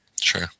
Sure